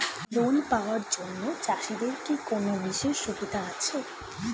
Loan পাওয়ার জন্য চাষিদের কি কোনো বিশেষ সুবিধা আছে?